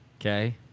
Okay